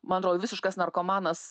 man atro visiškas narkomanas